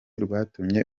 rwatumye